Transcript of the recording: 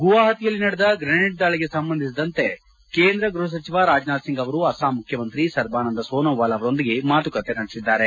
ಗುವಾಹತಿಯಲ್ಲಿ ನಡೆದ ಗ್ರನೇಡ್ ದಾಳಿಗೆ ಸಂಬಂಧಿಸಿದಂತೆ ಕೇಂದ್ರ ಗೃಹ ಸಚಿವ ರಾಜನಾಥ್ಸಿಂಗ್ ಅವರು ಅಸ್ಲಾಂ ಮುಖ್ಚಮಂತ್ರಿ ಸರ್ಬಾನಂದ ಸೋನೋವಾಲ್ ಅವರೊಂದಿಗೆ ಮಾತುಕತೆ ನಡೆಸಿದ್ದಾರೆ